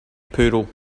poodle